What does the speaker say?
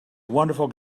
wonderful